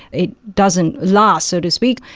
it doesn't last, so to speak.